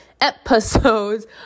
episodes